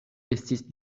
estis